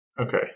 Okay